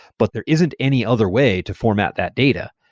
but there isn't any other way to format that data.